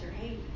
hey